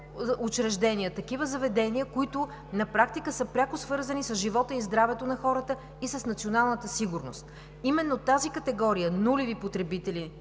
учреждения, заведения, които на практика са пряко свързани с живота и здравето на хората и с националната сигурност. Именно тази категория на нулевите потребители